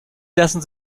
lassen